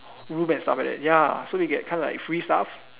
room and stuff like that ya so you get kinda like free stuff